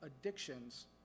addictions